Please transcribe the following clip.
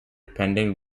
pending